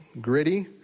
gritty